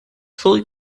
fully